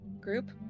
group